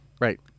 Right